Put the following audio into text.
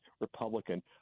Republican